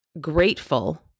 grateful